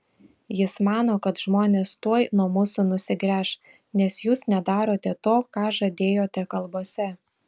jis mano kad žmonės tuoj nuo mūsų nusigręš nes jūs nedarote to ką žadėjote kalbose